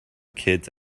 kids